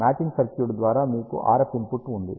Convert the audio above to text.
matching circuit ద్వారా మీకు RF input ఉంది